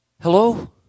Hello